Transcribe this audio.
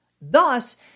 Thus